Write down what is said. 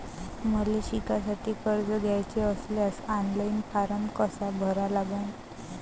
मले शिकासाठी कर्ज घ्याचे असल्यास ऑनलाईन फारम कसा भरा लागन?